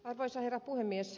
arvoisa herra puhemies